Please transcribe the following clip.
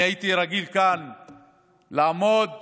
אני הייתי רגיל לעמוד כאן,